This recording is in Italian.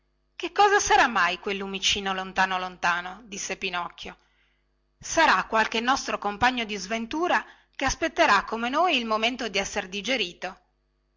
che cosa sarà mai quel lumicino lontano lontano disse pinocchio sarà qualche nostro compagno di sventura che aspetterà come noi il momento di esser digerito